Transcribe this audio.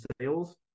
Sales